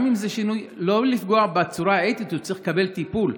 לא לפגוע בצורה האתית, הוא צריך לקבל טיפול,